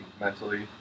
mentally